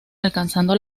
alcanzando